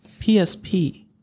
PSP